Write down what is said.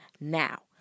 now